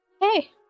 Hey